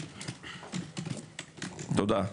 תודה.